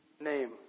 name